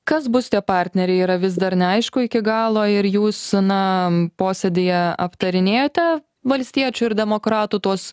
kas bus tie partneriai yra vis dar neaišku iki galo ir jūs na posėdyje aptarinėjote valstiečių ir demokratų tuos